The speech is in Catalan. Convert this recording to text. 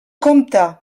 compte